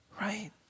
right